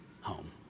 home